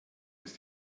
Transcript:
ist